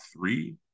three